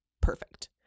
perfect